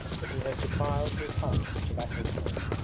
but who has defiled his hut with tobacco-smoke.